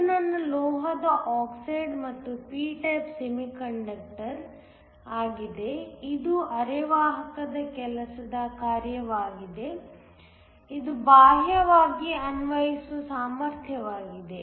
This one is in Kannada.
ಇದು ನನ್ನ ಲೋಹದ ಆಕ್ಸೈಡ್ ಮತ್ತು p ಟೈಪ್ ಸೆಮಿಕಂಡಕ್ಟರ್ ಆಗಿದೆ ಇದು ಅರೆವಾಹಕದ ಕೆಲಸದ ಕಾರ್ಯವಾಗಿದೆ ಇದು ಬಾಹ್ಯವಾಗಿ ಅನ್ವಯಿಸುವ ಸಾಮರ್ಥ್ಯವಾಗಿದೆ